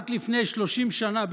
רק לפני 30 שנה,